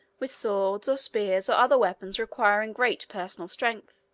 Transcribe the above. with swords, or spears, or other weapons requiring great personal strength,